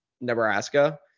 Nebraska